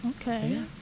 okay